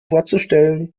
vorzustellen